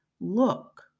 look